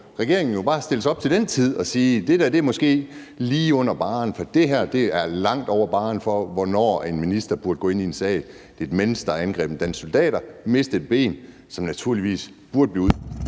regeringen jo bare stille sig op til den tid og sige, at det måske er lige under barren, for det her er langt over barren for, hvornår en minister burde gå ind i en sag. Det er et menneske, der har angrebet danske soldater og mistet et ben, og som naturligvis burde blive udvist